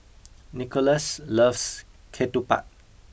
Nicolas loves ketupat